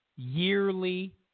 Yearly